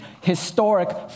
historic